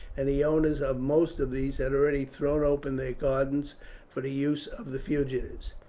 and the owners of most of these had already thrown open their gardens for the use of the fugitives.